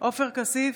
עופר כסיף,